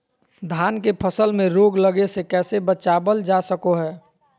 धान के फसल में रोग लगे से कैसे बचाबल जा सको हय?